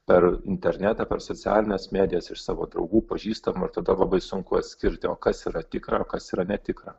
per internetą per socialines medijas iš savo draugų pažįstamų ir tada labai sunku atskirti o kas yra tikra kas yra netikra